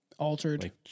Altered